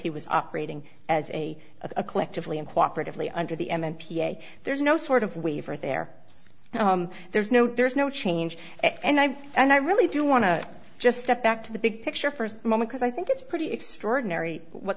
he was operating as a a collectively in cooperated fully under the n p a there's no sort of waiver there there's no there's no change and i and i really do want to just step back to the big picture first moment cause i think it's pretty extraordinary what